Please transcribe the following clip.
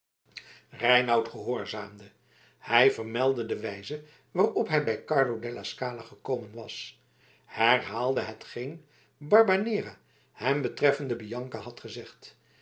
reinout gehoorzaamde hij vermeldde de wijze waarop hij bij carlo della scala gekomen was herhaalde hetgeen barbanera hem betreffende bianca had gezegd